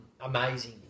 amazing